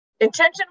intention